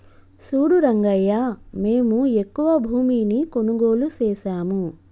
సూడు రంగయ్యా మేము ఎక్కువ భూమిని కొనుగోలు సేసాము